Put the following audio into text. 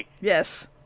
Yes